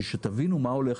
בשביל שתבינו מה הולך.